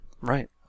right